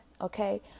okay